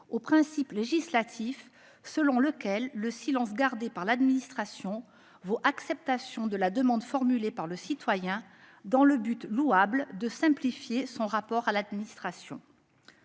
au principe législatif selon lequel le silence gardé par l'administration vaut acceptation de la demande formulée par le citoyen, dans le but, louable, de simplifier son rapport à l'administration.